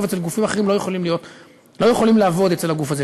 אצל גופים אחרים לא יכולים לעבוד אצל הגוף הזה,